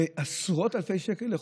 בעשרות אלפי שקלים לחודש,